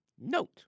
Note